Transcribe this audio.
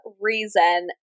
reason